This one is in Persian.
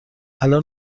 الان